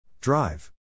Drive